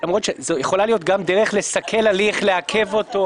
למרות שזו יכולה להיות דרך לסכל ולעכב הליך.